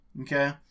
okay